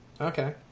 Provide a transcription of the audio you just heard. Okay